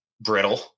brittle